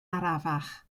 arafach